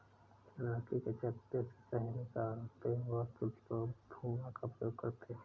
मधुमक्खी के छत्ते से शहद निकलते वक्त लोग धुआं का प्रयोग करते हैं